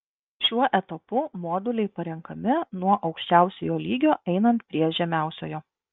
šiuo etapu moduliai parenkami nuo aukščiausiojo lygio einant prie žemiausiojo